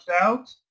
out